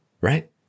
Right